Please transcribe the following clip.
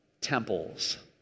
temples